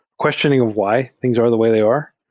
questioning why things are the way they are.